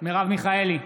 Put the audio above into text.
מרב מיכאלי,